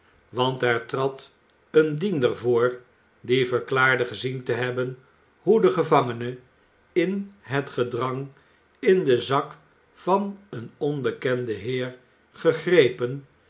want er trad een diender voor die verklaarde gezien te hebben hoe de gevangene in het gedrang in den zak van een onbekenden heer gegrepen